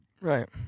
Right